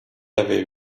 aviv